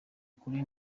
kuri